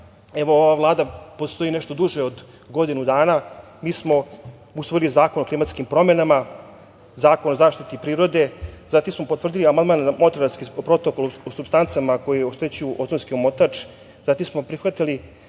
Evo, ova Vlada postoji nešto duže od godinu dana. Mi smo usvojili Zakon o klimatskim promenama, Zakon o zaštiti prirode, zatim smo potvrdili amandman na Protokolu o supstancama koje oštećuju ozonski omotač. Zatim smo prihvatili